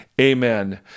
Amen